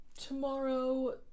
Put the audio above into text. tomorrow